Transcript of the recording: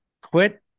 quit